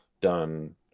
done